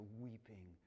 weeping